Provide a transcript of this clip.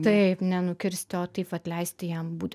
taip nenukirsti o taip vat leisti jam būt